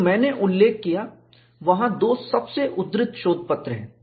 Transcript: तो मैंने उल्लेख किया वहाँ 2 सबसे उद्धृत शोधपत्र हैं